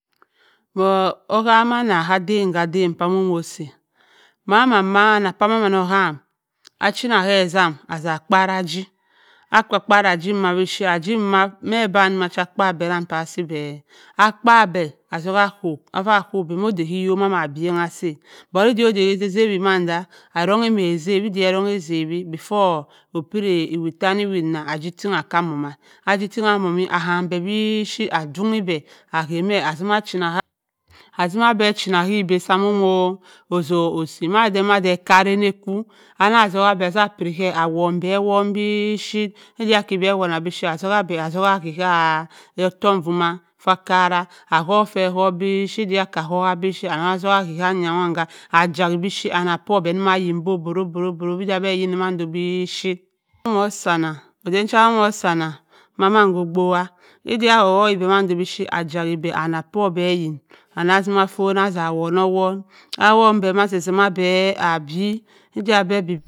Ohammi anna ka bani-ka bam ba momo si-a manan ma paman onno obhaun achinna ke ezam asa pa k para agi kpa-kpri agi wa bipuyitt agi mame ede apari be asi be-a but ebe oda oza-zawi manda eronng ama zep ebe eronng ka zawi before opiri ewo attan ewo anna egi ting aka m-oma agi ting amommi abuam be bipuyir a donk-e be abua meh azimi azimi be chinna kka egha sa mo mo ozu osi madadama ekera anna eko afa zukua me a bipuyir me a wonbu pee wonn bipuyitt eda ke be awonna bipuyitt azukka be azukka buap ka ottoku fomm not va akarra abhep fe abhop bipuitt side akka abuop e bipuyitt ana atzuka bua manyi man ka a chiabui bipuyitt anna po be annama yin bo por-boo-bro oyin mand bipuyit aden cha mun ammon si ana ka onan okpo war eda aku uwi mando bipuyitt a chayi be ana po be yin anna zima afo nna aza won-ownn a wonu bua mazirzi ma be a byi ede be byi byi.